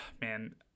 man